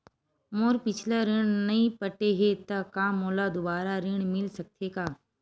मोर पिछला ऋण नइ पटे हे त का मोला दुबारा ऋण मिल सकथे का?